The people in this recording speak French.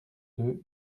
deux